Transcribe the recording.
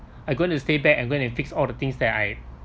I going to stay back and gooing fix all the things that I